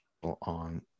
on